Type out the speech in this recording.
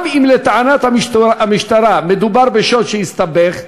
גם אם לטענת המשטרה מדובר בשוד שהסתבך,